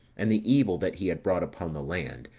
and the evil that he had brought upon the land,